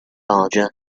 larger